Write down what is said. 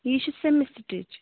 یہِ چھِ same stitch